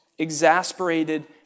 exasperated